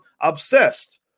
obsessed